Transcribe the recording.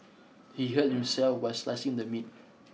he hurt himself while slicing the meat